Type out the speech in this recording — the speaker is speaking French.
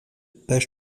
page